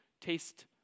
taste